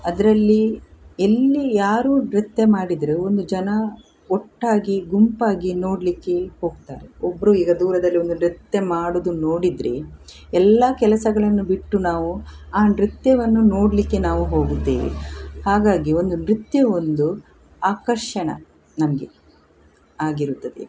ಅದರಲ್ಲಿ ಎಲ್ಲಿ ಯಾರು ನೃತ್ಯ ಮಾಡಿದರೂ ಒಂದು ಜನ ಒಟ್ಟಾಗಿ ಗುಂಪಾಗಿ ನೋಡಲಿಕ್ಕೆ ಹೋಗ್ತಾರೆ ಒಬ್ಬರು ಈಗ ದೂರದಲ್ಲಿ ಒಂದು ನೃತ್ಯ ಮಾಡುವುದು ನೋಡಿದರೆ ಎಲ್ಲ ಕೆಲಸಗಳನ್ನು ಬಿಟ್ಟು ನಾವು ಆ ನೃತ್ಯವನ್ನು ನೋಡಲಿಕ್ಕೆ ನಾವು ಹೋಗುತ್ತೇವೆ ಹಾಗಾಗಿ ಒಂದು ನೃತ್ಯ ಒಂದು ಆಕರ್ಷಣೆ ನಮಗೆ ಆಗಿರುತ್ತದೆ